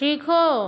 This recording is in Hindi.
सीखो